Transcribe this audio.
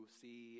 see